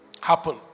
happen